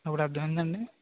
ఇప్పుడు అర్థం అయ్యిందా అండి